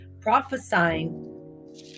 prophesying